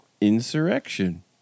Insurrection